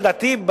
לדעתי,